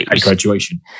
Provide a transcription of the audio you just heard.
graduation